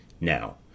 Now